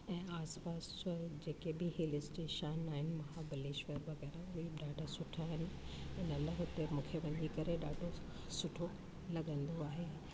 ऐं आसपास जो आहे जेके बि हिल स्टेशन आहिनि माहाबलेश्वर वग़ैरह हे ॾाढा सुठा आहिनि हिन लाइ हुते मूंखे वञी करे ॾाढो सुठो लॻंदो आहे